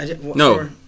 No